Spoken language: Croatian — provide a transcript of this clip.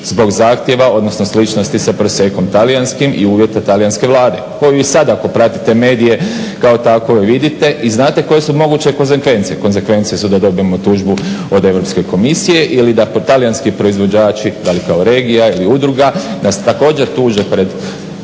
zbog zahtjeva odnosno sličnosti sa Prosekom talijanskim i uvjetima Talijanske vlade koju i sada ako pratite medije kao takove vidite. I znate koje su moguće konsekvence? Konsekvence su da dobijemo tužbu od EU komisije ili da talijanski proizvođači da li kao regija ili udruga nas također tuže prema